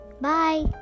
Bye